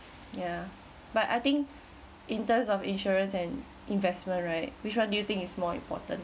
yeah but I think in terms of insurance and investment right which one do you think is more important